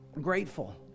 grateful